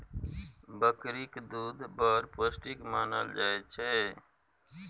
बकरीक दुध बड़ पौष्टिक मानल जाइ छै